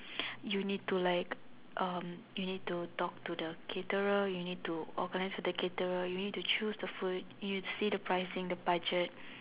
you need to like um you need to talk to the caterer you need to organise with the caterer you need to choose the food you need to see the pricing the budget